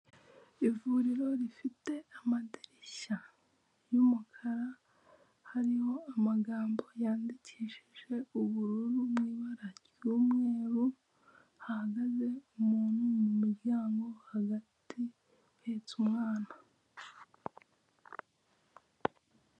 Ivuriro rifite amadirishya y'umukara hariho amagambo yandikishijwe ibara ry'ubururu n'ibara ry'umweru. Hahagaze umuntu mu muryango hagati uhetse umwana